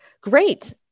Great